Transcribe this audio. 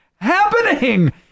happening